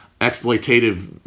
exploitative